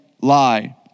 lie